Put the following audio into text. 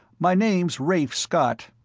my name's rafe scott.